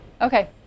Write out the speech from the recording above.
Okay